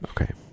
Okay